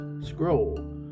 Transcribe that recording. Scroll